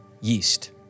yeast